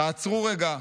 תעצרו רגע,